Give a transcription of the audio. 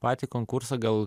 patį konkursą gal